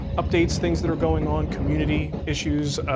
updates, things that are going on, community issues,